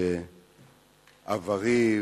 שעברי,